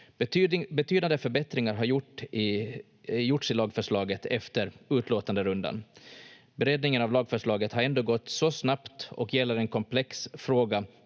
Betydande förbättringar har gjorts i lagförslaget efter utlåtanderundan. Beredningen av lagförslaget har ändå gått så snabbt och gäller en komplex fråga,